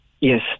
Yes